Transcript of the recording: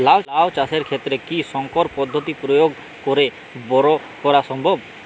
লাও চাষের ক্ষেত্রে কি সংকর পদ্ধতি প্রয়োগ করে বরো করা সম্ভব?